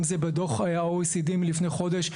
אם זה בדוח ה-OECD מלפני חודש,